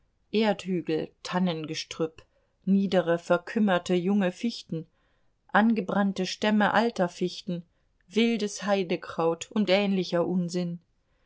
erdhügel tannengestrüpp niedere verkümmerte junge fichten angebrannte stämme alter fichten wildes heidekraut und ähnlicher unsinn